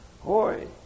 Hoy